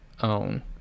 Own